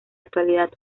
actualidad